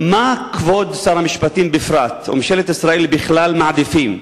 מה כבוד שר המשפטים בפרט וממשלת ישראל בכלל מעדיפים?